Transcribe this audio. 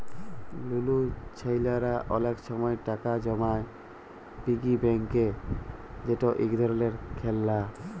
লুলু ছেইলারা অলেক সময় টাকা জমায় পিগি ব্যাংকে যেট ইক ধরলের খেললা